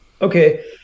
Okay